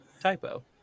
Typo